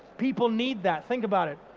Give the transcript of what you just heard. people need that. think about it.